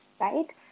right